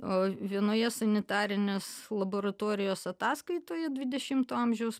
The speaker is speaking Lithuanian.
o vienoje sanitarinės laboratorijos ataskaitoje dvidešimto amžiaus